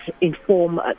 inform